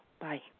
Bye